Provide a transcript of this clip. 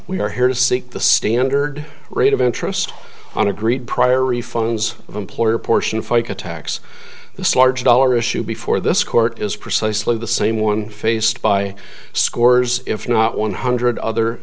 we are here to seek the standard rate of interest on agreed prior refunds of employer portion of fica tax this large dollar issue before this court is precisely the same one faced by scores if not one hundred other